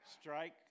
Strike